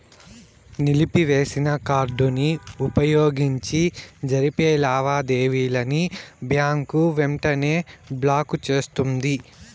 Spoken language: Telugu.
నిలిపివేసిన కార్డుని వుపయోగించి జరిపే లావాదేవీలని బ్యాంకు వెంటనే బ్లాకు చేస్తుంది